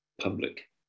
public